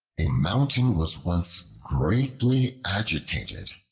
a mountain was once greatly agitated.